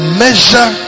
measure